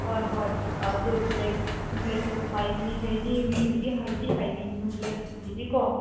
ꯍꯣꯏ ꯍꯣꯏ ꯑꯗꯨ ꯕ꯭ꯂꯦꯛ ꯕ꯭ꯂꯦꯛꯇ ꯄꯥꯏꯒꯅꯤ ꯍꯥꯏꯔꯗꯤ ꯃꯤꯕꯨꯗꯤ ꯍꯥꯏꯕꯗꯤ ꯍꯥꯏꯕꯤꯒꯅꯨ ꯕ꯭ꯂꯦꯛꯀꯤꯗꯤꯀꯣ